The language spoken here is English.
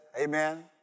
amen